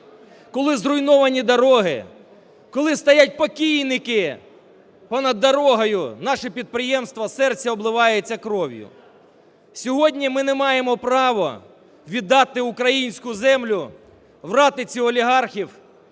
коли зруйновані дороги, коли стоять покійники понад дорогою – наші підприємства, серце обливається кров'ю. Сьогодні ми не маємо права віддати українську землю в ратиці олігархів